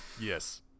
yes